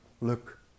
look